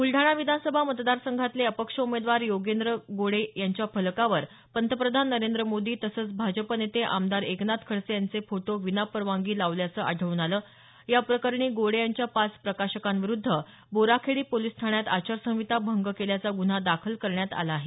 ब्रलडाणा विधानसभा मतदारसंघातले अपक्ष उमेदवार योगेन्द्र राजेंद्र गोडे यांच्या फलकावर पंतप्रधान नरेंद्र मोदी तसंच भाजपा नेते आमदार एकनाथ खडसे यांचे फोटो विनापरवानगी लावल्याचं आढळून आलं या प्रकरणी गोडे यांच्या पाच प्रकाशकांविरुद्ध बोराखेडी पोलिस ठाण्यात आचारसंहिता भंग केल्याचा गुन्हा दाखल करण्यात आला आहे